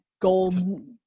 gold